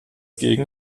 gegen